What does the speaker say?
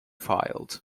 filed